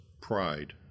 pride